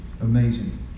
amazing